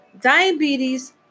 diabetes